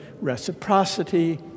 reciprocity